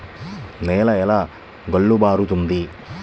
నేల ఎలా గుల్లబారుతుంది?